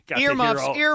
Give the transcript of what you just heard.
Earmuffs